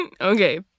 Okay